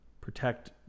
Protect